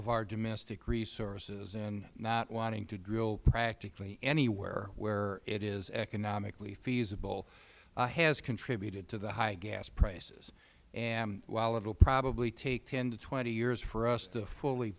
of our domestic resources and not wanting to drill practically anywhere where it is economically feasible has contributed to the high gas prices and while it will probably take ten to twenty years for us to fully